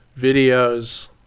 videos